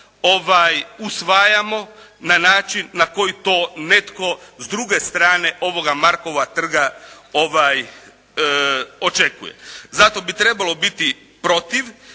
usvajamo na način na koji to netko s druge strane ovoga Markova trga očekuje. Zato bi trebao biti protiv